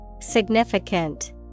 significant